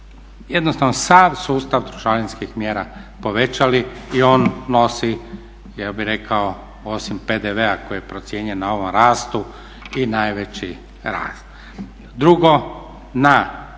jednostavno sav sustav trošarinskih mjera povećali i on nosi ja bih rekao osim PDV-a koji je procijenjen na ovom rastu i najveći …/Govornik